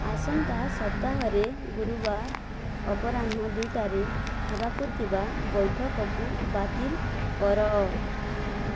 ଆସନ୍ତା ସପ୍ତାହରେ ଗୁରୁବାର ଅପରାହ୍ନ ଦୁଇଟାରେ ହେବାକୁ ଥିବା ବୈଠକକୁ ବାତିଲ୍ କର